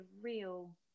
real